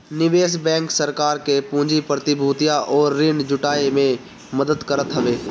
निवेश बैंक सरकार के पूंजी, प्रतिभूतियां अउरी ऋण जुटाए में मदद करत हवे